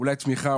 אולי תמיכה,